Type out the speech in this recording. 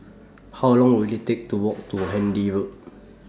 How Long Will IT Take to Walk to Handy Road